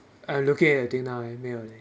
I'm looking at the thing now 没有 leh